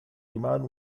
rimane